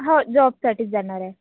हो जॉबसाठीच जाणार आहे